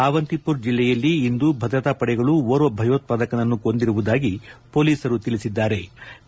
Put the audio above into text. ಆವಂತಿಪುರ್ ಜಿಲ್ಲೆಯಲ್ಲಿ ಇಂದು ಭದ್ರತಾ ಪಡೆಗಳು ಓರ್ವ ಭಯೋತ್ವಾದಕನನ್ನು ಕೊಂದಿರುವುದಾಗಿ ಎಂದು ಪೊಲೀಸರು ತಿಳಿಸಿದ್ಗಾರೆ